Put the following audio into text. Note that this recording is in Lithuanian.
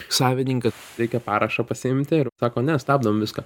savininką reikia parašą pasiimti ir sako ne stabdom viską